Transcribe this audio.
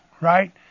right